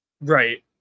Right